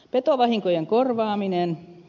petovahinkojen korvaaminen